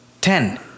Ten